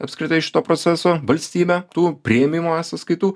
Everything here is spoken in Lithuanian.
apskritai šito proceso valstybė tų priėmimų e sąskaitų